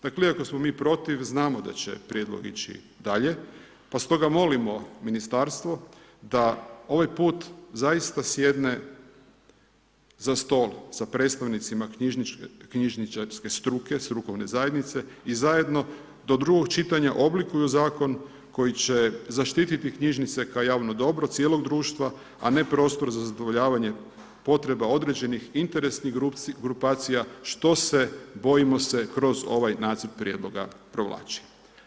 Dakle iako smo mi protiv znamo da će prijedlog ići dalje pa stoga molimo ministarstvo da ovaj put zaista sjedne za stol sa predstavnicima knjižničarske struke, strukovne zajednice i zajedno do drugog čitanja oblikuju zakon koji će zaštitit knjižnice kao javno dobro cijelog društva, a ne prostor za zadovoljavanje potreba određenih interesnih grupacija, što se bojimo se kroz ovaj nacrt prijedloga provlači.